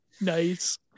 Nice